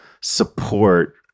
support